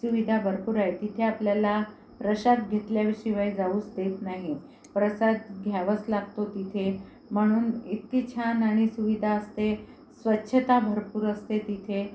सुविधा भरपूर आहे तिथे आपल्याला प्रसाद घेतल्याशिवाय जाऊच देत नाही प्रसाद घ्यावाच लागतो तिथे म्हणून इतकी छान आणि सुविधा असते स्वच्छता भरपूर असते तिथे